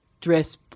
dress